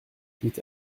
huit